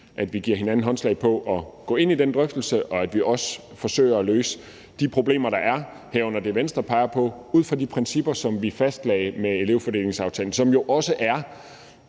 at vi giver hinanden håndslag på at gå ind i den drøftelse, og at vi også forsøger at løse de problemer, der er, herunder det, Venstre peger på, ud fra de principper, som vi fastlagde med elevfordelingsaftalen, som jo bl.a. er